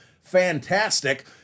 fantastic